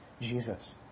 Jesus